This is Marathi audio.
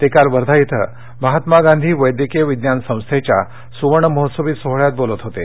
ते काल वर्धा इथं महात्मा गांधी वैद्यकिय विज्ञान संस्थेच्या सुवर्ण महोत्सवी सोहोळ्यात बोलत होते